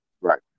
Right